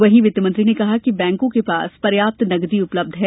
वहीं वित्त मंत्री ने कहा कि बैंकों के पास पर्याप्त नकदी उपलब्ध है